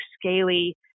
scaly